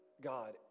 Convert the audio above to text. God